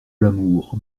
l’amour